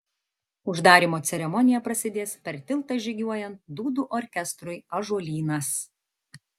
uždarymo ceremonija prasidės per tiltą žygiuojant dūdų orkestrui ąžuolynas